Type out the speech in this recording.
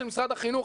של משרד החינוך.